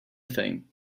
thing